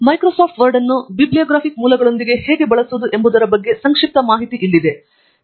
Microsoft Word ಅನ್ನು bibliographic ಮೂಲಗಳೊಂದಿಗೆ ಹೇಗೆ ಬಳಸುವುದು ಎಂಬುದರ ಬಗ್ಗೆ ಸಂಕ್ಷಿಪ್ತ ಡೆಮೊ ಇಲ್ಲಿದೆ